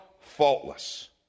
faultless